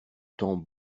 temps